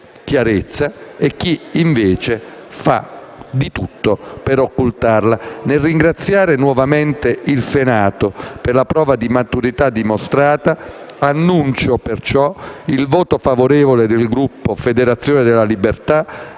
chiarezza e chi invece fa di tutto per occultare la verità. Nel ringraziare nuovamente il Senato per la prova di maturità, annuncio per ciò il voto favorevole del Gruppo Federazione della libertà